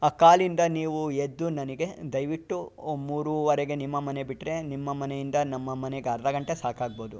ಆ ಕಾಲ್ಯಿಂದ ನೀವು ಎದ್ದು ನನಗೆ ದಯವಿಟ್ಟು ಮೂರುವರೆಗೆ ನಿಮ್ಮ ಮನೆ ಬಿಟ್ಟರೆ ನಿಮ್ಮ ಮನೆಯಿಂದ ನಮ್ಮ ಮನೆಗೆ ಅರ್ಧ ಗಂಟೆ ಸಾಕಾಗ್ಬಹುದು